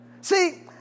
See